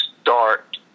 start